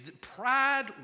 pride